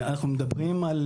אנחנו מדברים על